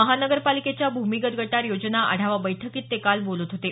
महानगरपालिकेच्या भूमिगत गटार योजना आढावा बैठकीत ते काल बोलत होते